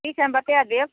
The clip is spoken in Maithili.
ठीक हइ हम बता देब